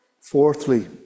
Fourthly